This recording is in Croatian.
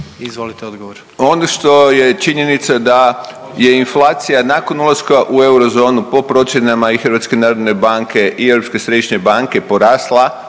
Izvolite odgovor.